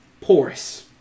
porous